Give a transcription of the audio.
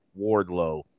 Wardlow